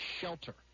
SHELTER